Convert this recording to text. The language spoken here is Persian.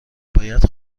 باید